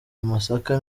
amasaka